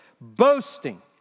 boasting